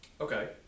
Okay